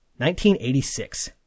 1986